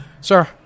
Sir